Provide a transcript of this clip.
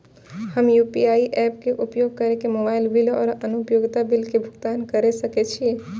हम UPI apps के उपयोग केर के मोबाइल बिल और अन्य उपयोगिता बिल के भुगतान केर सके छी